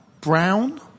Brown